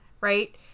right